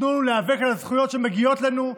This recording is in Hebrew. תנו לנו להיאבק על הזכויות שמגיעות לנו.